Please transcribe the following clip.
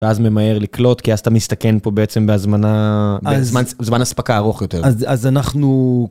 ואז ממהר לקלות, כי אז אתה מסתכן פה בעצם בזמן הספקה הארוך יותר. אז אנחנו...